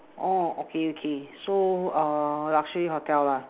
orh okay okay so uh luxury hotel lah